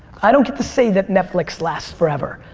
i don't get to say that netflix lasts forever.